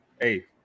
hey